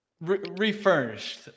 refurnished